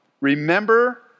remember